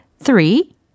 Three